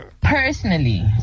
Personally